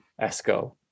ESCO